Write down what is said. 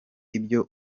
ibyo